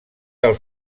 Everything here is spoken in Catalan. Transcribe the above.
del